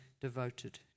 devoted